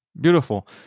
Beautiful